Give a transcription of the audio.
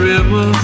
River